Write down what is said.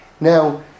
Now